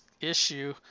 issue